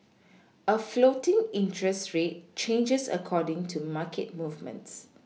a floating interest rate changes according to market movements